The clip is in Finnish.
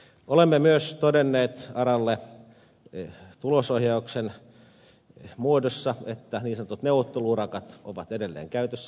olemme myös todenneet aralle tulosohjauksen muodossa että niin sanotut neuvottelu urakat ovat edelleen käytössä